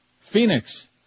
Phoenix